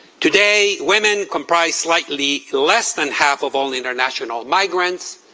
today, women comprise slightly less than half of all international migrants,